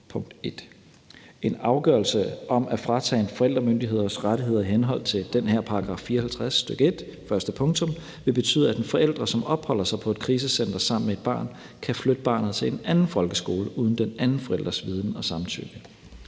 En afgørelse om at fratage en forældremyndighedsindehaveres rettigheder i henhold til den her § 54, stk. 1, 1. pkt. vil betyde, at en forælder, som opholder sig på et krisecenter sammen med et barn, kan flytte barnet til en anden folkeskole uden den anden forælders viden og samtykke.